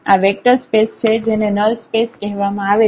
આ vector space છે જેને નલ સ્પેસ કહેવામાં આવે છે